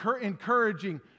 encouraging